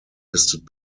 listed